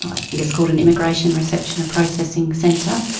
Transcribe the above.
i think it's called an immigration reception and processing centre.